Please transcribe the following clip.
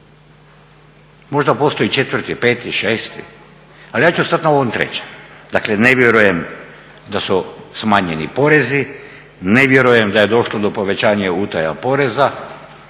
Možda postoji 4.-ti, 5.-ti, 6.-ti ali ja ću stati na ovom 3. Dakle ne vjerujem da su smanjeni porezi, ne vjerujem da je došlo do povećanja utaje poreza